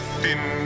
thin